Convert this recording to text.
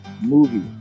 Movie